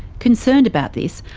concerned about this,